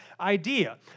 idea